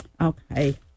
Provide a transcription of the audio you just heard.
Okay